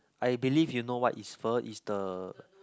I believe you know what is pho is the